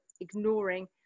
ignoring